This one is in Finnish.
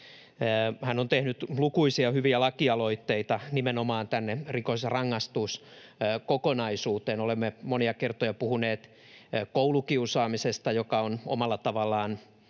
Hän on tehnyt lukuisia hyviä lakialoitteita nimenomaan rikos‑ ja rangaistuskokonaisuuteen. Olemme monia kertoja puhuneet koulukiusaamisesta, joka on omalla tavallaan